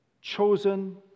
chosen